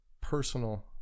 personal